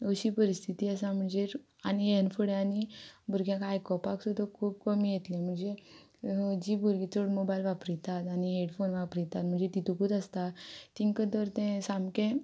अशी परिस्थिती आसा म्हणजे आनी हे फुड्यानी भुरग्यांक आयकोपाक सुद्दां खूब कमी येतले म्हणजे जी भुरगीं चड मोबायल वापरीतात आनी हेडफोन वापरयतात म्हणजे तितूकूच आसता तिंका तर ते सामके